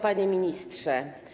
Panie Ministrze!